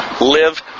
live